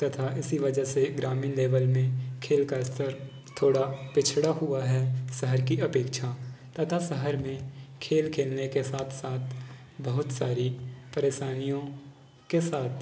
तथा इसी वजह से ग्रामीण लेवल में खेल का स्तर थोड़ा पिछड़ा हुआ है शहर की अपेक्षा तथा शहर में खेल खेलने के साथ साथ बहुत सारी परेशानियों के साथ